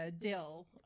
dill